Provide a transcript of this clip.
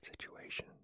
situation